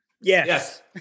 yes